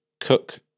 cook